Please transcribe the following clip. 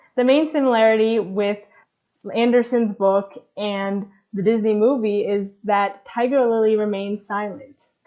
the main similarity with anderson's book and the disney movie is that tiger lily remains silent.